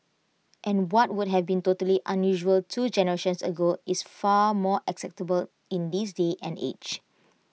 and what would have been totally unusual two generations ago is far more acceptable in this day and age